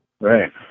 right